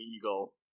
eagle